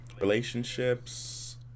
relationships